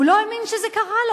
הוא לא האמין שזה קרה לו,